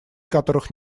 которых